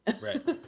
Right